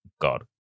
god